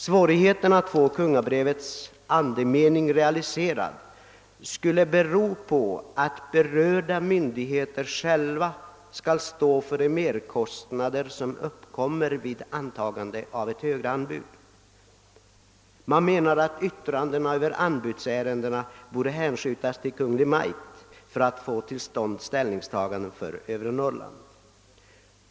Svårigheten att realisera kungabrevets andemening skulle bero på att berörda myndigheter själva får stå för de merkostnader som uppkommer vid antagande av ett högre anbud. Man me nar att yttranden i anbudsärenden borde hänskjutas till Kungl. Maj:t för att möjlighet skall kunna ges till ställningstaganden för övre Norrland.